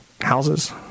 houses